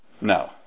No